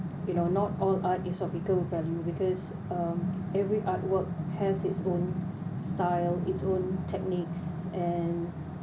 you know not all art is of equal value because um every artwork has its own style its own techniques and